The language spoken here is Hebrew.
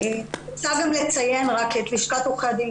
--- מציין רק את לשכת עורכי הדין,